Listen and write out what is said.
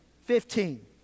Fifteen